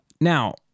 Now